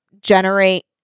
generate